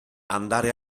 andare